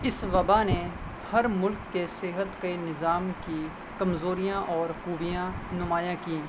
اس وبا نے ہر ملک کے صحت کے نظام کی کمزوریاں اور خوبیاں نمایاں کیں